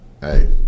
hey